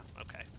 okay